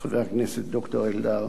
חבר הכנסת ד"ר אלדד,